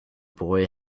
boy